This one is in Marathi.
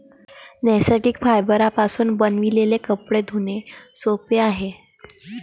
नैसर्गिक फायबरपासून बनविलेले कपडे धुणे सोपे आहे